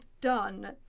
done